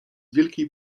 wielkiej